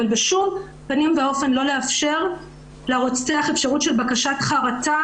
אבל בשום פנים ואופן לא לאפשר לרוצח אפשרות של בקשת חרטה